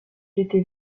était